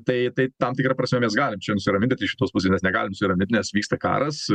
tai tai tam tikra prasme mes galim nusiraminti tai iš šitos pusės mes negalim nusiramint nes vyksta karas